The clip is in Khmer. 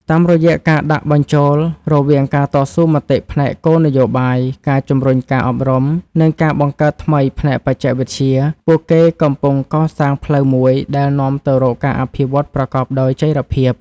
តាមរយៈការដាក់បញ្ចូលរវាងការតស៊ូមតិផ្នែកគោលនយោបាយ ការជំរុញការអប់រំ និងការបង្កើតថ្មីផ្នែកបច្ចេកវិទ្យា ពួកគេកំពុងកសាងផ្លូវមួយដែលនាំទៅរកការអភិវឌ្ឍប្រកបដោយចីរភាព។